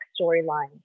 storyline